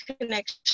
connection